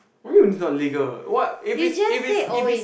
what you mean by it's not legal what if it's if it's if it's